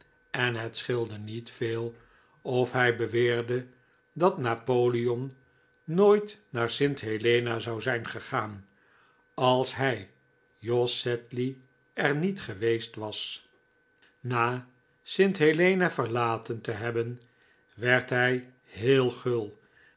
en het scheelde niet veel of hij beweerde dat napoleon nooit naar st helena zou zijn gegaan als hij jos sedley er niet geweest was na st helena verlaten te hebben werd hij heel gul